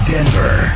Denver